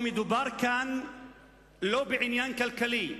מדובר כאן לא בעניין כלכלי,